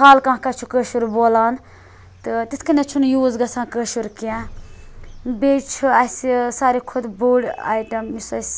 خال کانٛہہ کانٛہہ چھُ کٲشُر بولان تہٕ تِتھ کٔنیٚتھ چھُ نہٕ یوٗز گَژھان کٲشُر کینٛہہ بیٚیہِ چھُ اَسہِ ساروٕے کھۄتہٕ بوٚڑ آیٹَم یُس اَسہِ